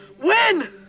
Win